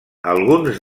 alguns